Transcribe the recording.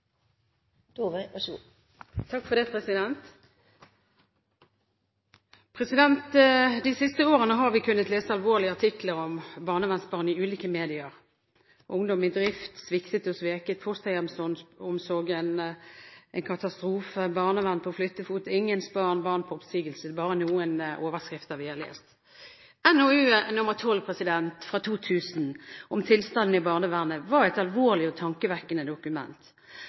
De siste årene har vi kunnet lese alvorlige artikler om barnevernsbarn i ulike medier: «Ungdom i drift – sviktet og sveket», «Fosterhjemsomsorgen – en planlagt katastrofe», «Barnevernsbarn på flyttefot», «Ingens barn» og «Barn på oppsigelse». Dette er bare noen av overskriftene vi har lest. NOU 2000: 12, om tilstanden i barnevernet, var et alvorlig og tankevekkende dokument.